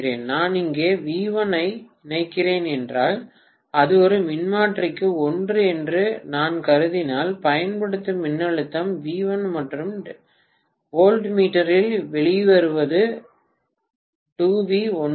நான் இங்கே வி 1 ஐ இணைக்கிறேன் என்றால் அது ஒரு மின்மாற்றிக்கு ஒன்று என்று நான் கருதினால் பயன்படுத்தப்படும் மின்னழுத்தம் வி 1 மற்றும் வோல்ட்மீட்டரில் வெளிவருவது 2 வி 1 ஆகும்